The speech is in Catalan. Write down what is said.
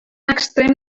extrem